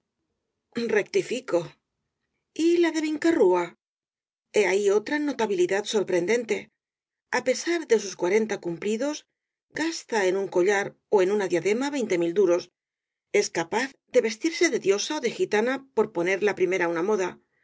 rectifico y la de vinca rúa ite ahí otra notabilidad sorprendente á pesar de sus cuarenta cumplidos gasta el caballero de las botas azules en un collar ó en una diadema veinte mil duros es capaz de vestirse de diosa ó de gitana por poner la primera una moda